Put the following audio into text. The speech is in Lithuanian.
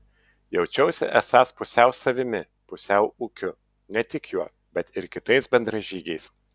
jaučiausi esąs pusiau savimi pusiau ūkiu ne tik juo bet ir kitais bendražygiais